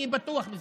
אני בטוח בזה.